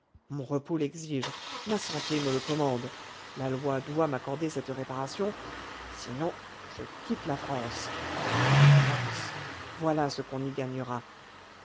mon repos l'exige ma santé me le commande la loi doit m'accorder cette réparation sinon je quitte la france ma belle france voilà ce qu'on y gagnera